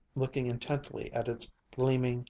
looking intently at its gleaming,